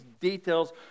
details